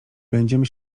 będziemy